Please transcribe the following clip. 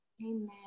Amen